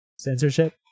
Censorship